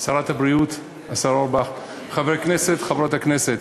שרת הבריאות, השר אורבך, חברי הכנסת, חברות הכנסת,